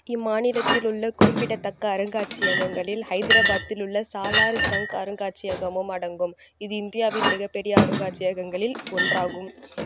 இம்மாநிலத்தில் உள்ள குறிப்பிடத்தக்க அருங்காட்சியகங்களில் ஹைதராபாத்தில் உள்ள சாலார் ஜங் அருங்காட்சியகமும் அடங்கும் இது இந்தியாவின் மிகப்பெரிய அருங்காட்சியகங்களில் ஒன்றாகும்